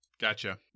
Gotcha